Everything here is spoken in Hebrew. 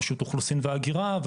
רשות האוכלוסין וההגירה,